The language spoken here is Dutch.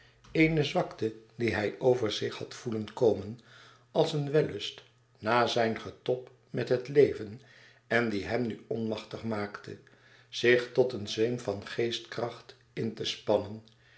eene zwakte die hij over zich had voelen komen als een wellust na zijn getob met het leven en die hem nu onmachtig maakte zich tot een zweem van geestkracht in te spannen